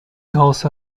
also